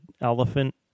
elephant